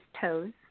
toes